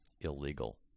illegal